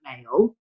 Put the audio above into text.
male